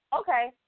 Okay